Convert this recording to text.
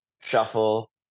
shuffle